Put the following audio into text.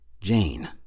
Jane